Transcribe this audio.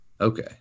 Okay